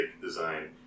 design